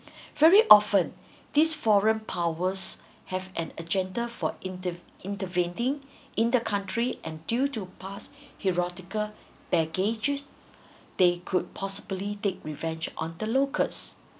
very often these foreign powers have an agenda for inter intervening in the country and due to past heretical packages they could possibly take revenge on the locals